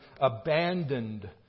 abandoned